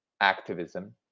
activism